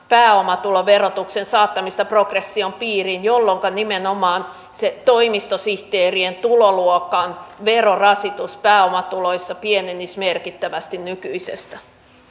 pääomatuloverotuksen saattamista progression piiriin jolloinka nimenomaan se toimistosihteerien tuloluokan verorasitus pääomatuloissa pienenisi merkittävästi nykyisestä